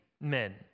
men